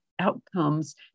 outcomes